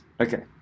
Okay